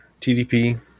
TDP